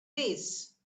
base